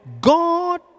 God